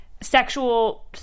sexual